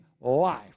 Life